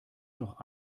doch